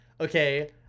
okay